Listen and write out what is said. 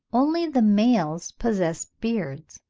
only the males possess beards,